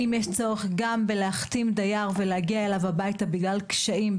אם יש צורך להחתים דייר ולהגיע אליו הביתה בגלל קשיים,